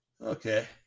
Okay